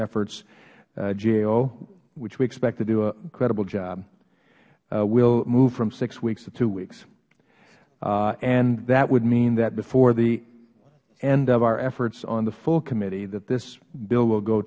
efforts gao which we expect to do a credible job will move from six weeks to two weeks and that would mean that before the end of our efforts on the full committee that this bill will go